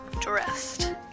dressed